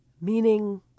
Meaning